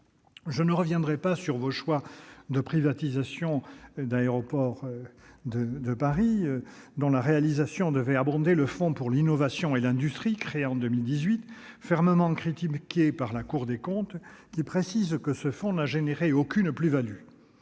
Je ne reviendrai pas sur votre choix de privatisation d'Aéroports de Paris, laquelle devait abonder le fonds pour l'innovation et l'industrie, créé en 2018, mais fermement critiqué par la Cour des comptes, qui précise que ce fonds n'a généré aucune plus-value.